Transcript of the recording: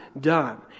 done